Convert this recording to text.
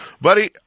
Buddy